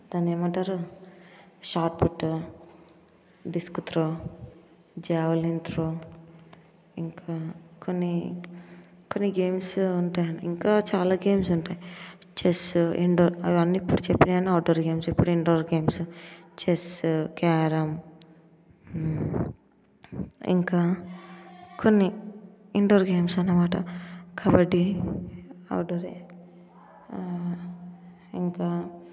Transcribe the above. దాన్ని ఏమంటారు shot put disc throw javelin throw ఇంకా కొన్ని కొన్ని గేమ్స్ ఉంటాయి ఇంకా చాలా గేమ్స్ ఉంటాయి చెస్ ఇన్డోర్ అవన్నీ ఇప్పుడు చెప్పినవన్నీ అవుట్డోర్ గేమ్స్ ఇప్పుడు ఇన్డోర్ గేమ్స్ చెస్ క్యారం ఇంకా కొన్ని ఇన్డోర్ గేమ్స్ అనమాట కబడ్డీ అవుట్డోరే ఇంకా